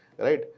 right